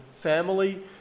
family